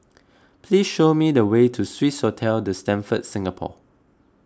please show me the way to Swissotel the Stamford Singapore